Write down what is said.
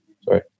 Sorry